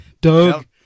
Doug